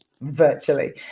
Virtually